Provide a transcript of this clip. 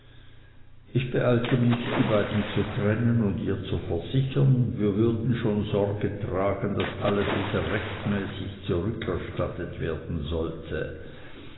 ich beeilte mich die beiden zu trennen und ihr zu versichern wir würden schon sorge tragen daß alles wieder rechtmäßig zurückerstattet werden sollte